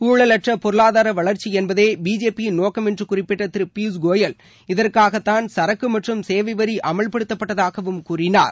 ஊழலற்ற பொருளாதார வளர்ச்சி என்பதே பிஜேபியின் நோக்கம் என்று குறிப்பிட்ட திரு பியூஷ் கோயல் இதற்காகத்தான் சரக்கு மற்றும் சேவை வரி அமல்படுத்தப்பட்டதாகவும் கூறினார்